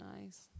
nice